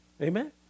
Amen